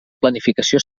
planificació